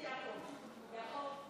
הקורונה החדש, הוראת